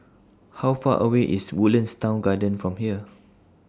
How Far away IS Woodlands Town Garden from here